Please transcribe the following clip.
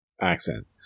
accent